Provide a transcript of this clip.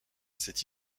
cette